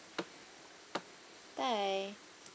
bye